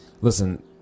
listen